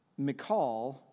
McCall